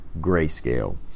grayscale